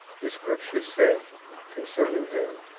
the scripture said con cerning him,